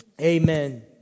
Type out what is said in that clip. Amen